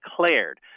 declared